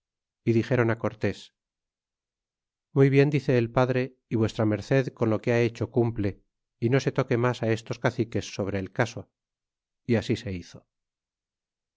y dixeron cortes muy bien dice el padre y v m con lo que ha hecho cumple y no se toque mas estos caciques sobre el caso y así se hizo